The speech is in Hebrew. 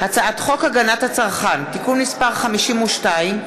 הצעת חוק הגנת הצרכן (תיקון מס' 52),